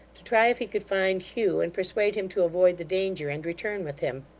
to try if he could find hugh, and persuade him to avoid the danger, and return with him.